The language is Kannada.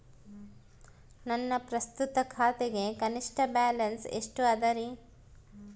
ನನ್ನ ಪ್ರಸ್ತುತ ಖಾತೆಗೆ ಕನಿಷ್ಠ ಬ್ಯಾಲೆನ್ಸ್ ಎಷ್ಟು ಅದರಿ?